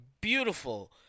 beautiful